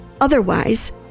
Otherwise